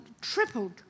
tripled